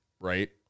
right